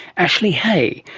ashley hay,